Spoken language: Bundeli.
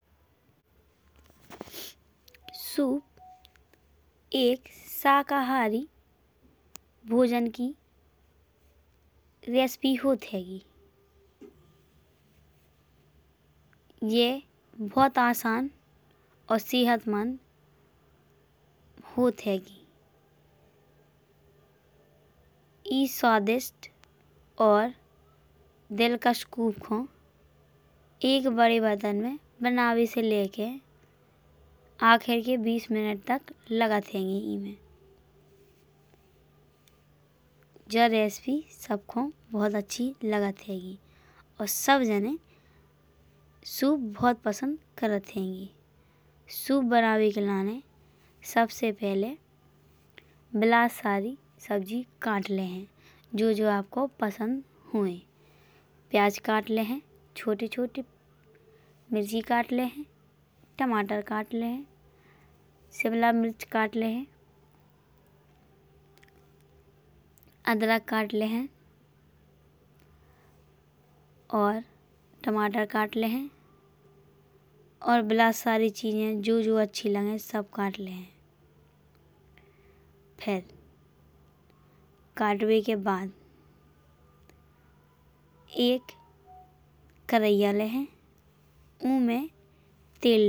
सूप एक शाकाहारी भोजन की रेसिपी होत हाइन जी। जे बहुत आसान और सेहतमंद होत हाइन गे। ई स्वादिष्ट और दिलकश सूप को एक बड़े बर्तन में बनाबे से लेके। आखिर के बीस मिनट तक लागत हाइन गा ई में। जा रेसिपी सबको बहुत अच्छी लागत हाइन गे। और सब जाने सूप बहुत पसंद करत हाइन गा। सूप बनाबे के लाईन सबसे पहले बिलात्सरी सब्जी काट लायेन। जो जो आपको पसंद होये प्याज काट लायेन छोटे छोटे मिर्ची काट लायेन। टमाटर काट लायेन शिमला मिर्च काट लायेन अदरक काट लायेन और टमाटर काट लायेन। और बिलात्सरी चीजे जो जो अच्छी लगे सब काट लायेन। फिर काटबे के बाद एक कराही लायेन ऊ में तेल डार देयेन।